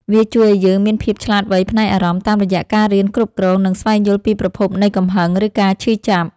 វាជួយឱ្យយើងមានភាពឆ្លាតវៃផ្នែកអារម្មណ៍ តាមរយៈការរៀនគ្រប់គ្រង និងស្វែងយល់ពីប្រភពនៃកំហឹង ឬការឈឺចាប់។